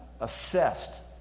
assessed